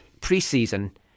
pre-season